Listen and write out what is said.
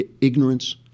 ignorance